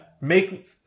Make